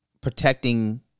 protecting